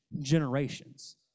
generations